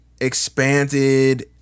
expanded